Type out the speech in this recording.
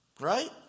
right